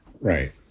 Right